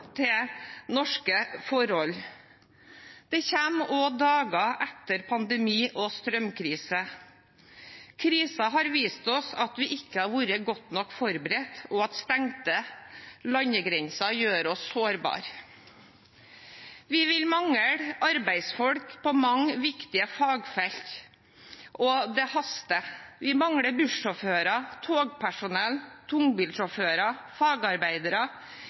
til norske forhold. Det kommer dager også etter pandemi og strømkrise. Krisen har vist oss at vi ikke har vært godt nok forberedt, og at stengte landegrenser gjør oss sårbare. Vi vil mangle arbeidsfolk på mange viktige fagfelt, og det haster. Vi mangler bussjåfører, togpersonell, tungbilsjåfører, fagarbeidere